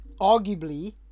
Arguably